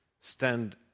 stand